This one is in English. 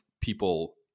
people